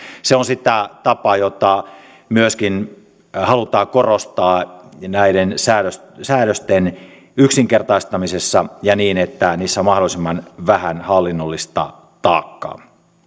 se on sitä tapaa jota myöskin halutaan korostaa näiden säädösten säädösten yksinkertaistamisessa ja niin että niissä on mahdollisimman vähän hallinnollista taakkaa